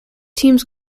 teams